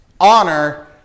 honor